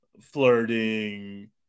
flirting